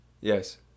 yes